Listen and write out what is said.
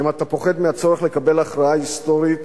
האם אתה פוחד מהצורך לקבל הכרעה היסטורית